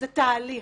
זה תהליך.